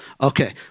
Okay